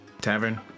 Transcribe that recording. Tavern